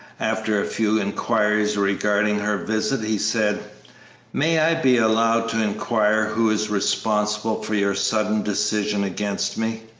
after a few inquiries regarding her visit, he said may i be allowed to inquire who is responsible for your sudden decision against me?